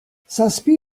zazpi